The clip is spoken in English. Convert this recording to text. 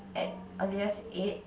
at earliest eight